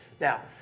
Now